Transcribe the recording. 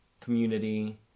community